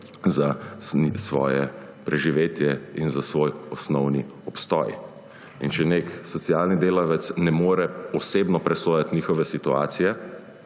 za svoje preživetje in za svoj osnovni obstoj. Če nek socialni delavec ne more osebno presojati njihove situacije